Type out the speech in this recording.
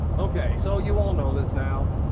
okay, so you all know this now.